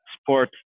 sport